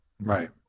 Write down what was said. Right